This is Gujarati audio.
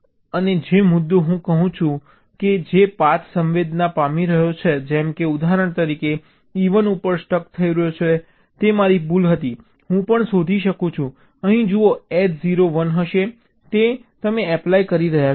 અને જે મુદ્દો હું કહું છું કે જે પાથ સંવેદના પામી રહ્યો છે જેમ કે ઉદાહરણ તરીકે E 1 ઉપર સ્ટક થઈ ગયો તે મારી ભૂલ હતી હું પણ શોધી શકું છું અહીં જુઓ H 0 1 હશે જે તમે એપ્લાય કરી રહ્યાં છો